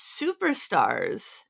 superstars